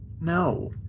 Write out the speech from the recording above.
No